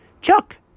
Chuck